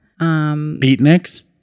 Beatniks